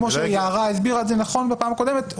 כמו שיערה הסבירה את זה נכון בפעם הקודמת,